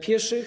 pieszych?